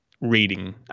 reading